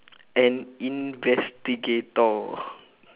an investigator